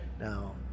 Now